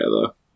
together